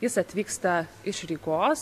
jis atvyksta iš rygos